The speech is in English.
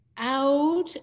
out